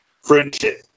friendship